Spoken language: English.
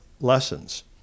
lessons